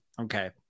okay